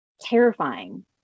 terrifying